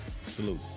Salute